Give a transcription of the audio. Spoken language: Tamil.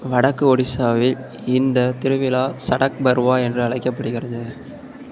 வடக்கு ஒடிசாவில் இந்த திருவிழா சடக் பர்வா என்று அழைக்கப்படுகிறது